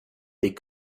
des